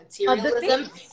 materialism